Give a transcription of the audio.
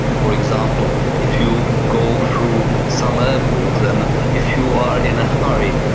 for example, if you go through some airports and if you are in a hurry,